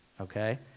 okay